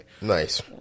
Nice